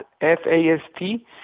F-A-S-T